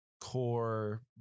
core